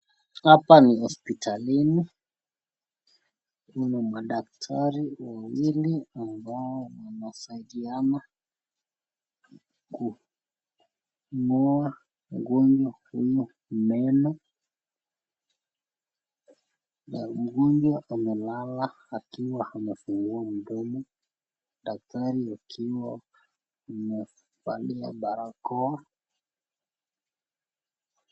Hapa ni hospitalini kuna madaktari wawili ambao wanasaidiana kung'oa mgonjwa huyu meno na mgonjwa amelala akiwa amefungua mdomo daktari akiwa amevalia barakoa.